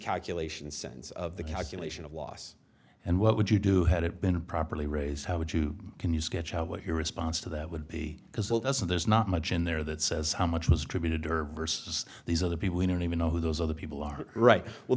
calculation sense of the calculation of loss and what would you do had it been properly raise how would you can you sketch out what your response to that would be because it doesn't there's not much in there that says how much was attributed to her versus these other people we don't even know who those other people are right well